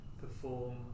perform